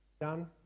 Done